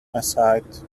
aside